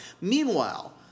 meanwhile